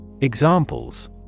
Examples